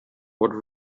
was